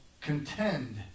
contend